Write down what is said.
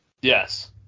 Yes